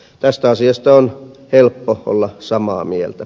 tästä asiasta on helppo olla samaa mieltä